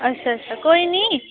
अच्छा अच्छा कोई निं